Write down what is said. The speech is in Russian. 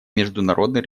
международный